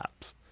apps